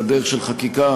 והדרך של חקיקה